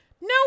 No